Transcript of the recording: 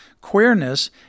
queerness